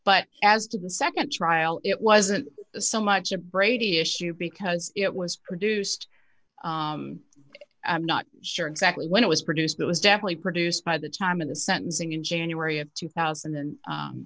but as to the nd trial it wasn't some much of brady issue because it was produced i'm not sure exactly when it was produced it was definitely produced by the time of the sentencing in january of two thousand and